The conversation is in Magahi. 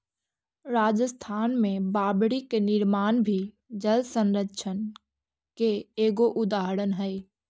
राजस्थान में बावडि के निर्माण भी जलसंरक्षण के एगो उदाहरण हई